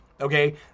Okay